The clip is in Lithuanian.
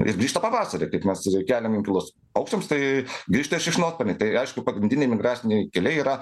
ir grįžta pavasarį kaip mes keliam inkilus paukščiams tai grįžtą ir šikšnosparniai tai aišku pagrindiniai migraciniai keliai yra